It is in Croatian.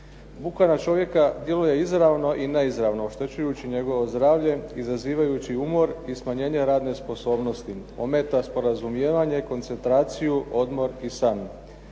Buka na čovjeka djeluje izravno i neizravno oštećujući njegovo zdravlje, izazivajući umor i smanjenje radne sposobnosti, ometa sporazumijevanje, koncentraciju, odmor i san.